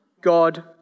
God